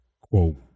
quote